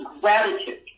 gratitude